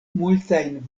multajn